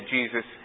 Jesus